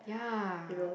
yeah